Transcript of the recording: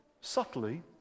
subtly